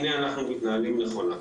הנה אנחנו מתנהלים נכונה.